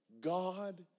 God